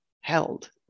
held